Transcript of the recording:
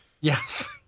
Yes